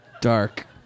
Dark